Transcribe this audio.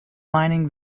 mining